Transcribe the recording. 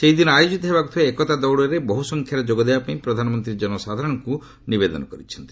ସେହିଦିନ ଆୟୋଜିତ ହେବାକୁ ଥିବା ଏକତା ଦୌଡ଼ରେ ବହୁସଂଖ୍ୟାରେ ଯୋଗ ଦେବାପାଇଁ ପ୍ରଧାନମନ୍ତ୍ରୀ ଜନସାଧାରଣଙ୍କୁ ନିବେଦନ କରିଛନ୍ତି